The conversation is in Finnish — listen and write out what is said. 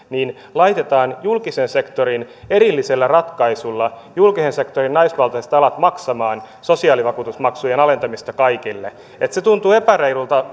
laitetaan julkisen sektorin erillisellä ratkaisulla julkisen sektorin naisvaltaiset alat maksamaan sosiaalivakuutusmaksujen alentamisesta kaikille se tuntuu epäreilulta